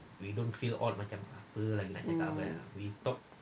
mm